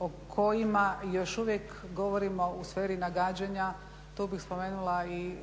o kojima još uvijek govorimo u sferi nagađanja. Tu bih spomenula i